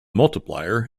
multiplier